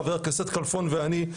חבר הכנסת כלפון ואני,